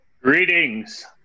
Greetings